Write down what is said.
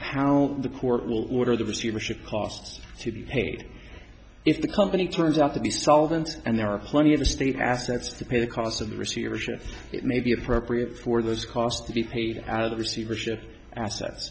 how the court will order the receivership costs to be paid if the company turns out the solvency and there are plenty of estate assets to pay the costs of the receivership it may be appropriate for those costs to be paid out of the receivership assets